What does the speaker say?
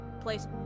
place